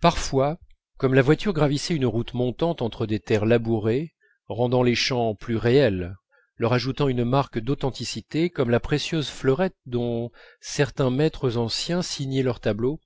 parfois comme la voiture gravissait une route montante entre des terres labourées rendant les champs plus réels leur ajoutant une marque d'authenticité comme la précieuse fleurette dont certains maîtres anciens signaient leurs tableaux